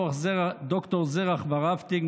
ד"ר זרח ורהפטיג,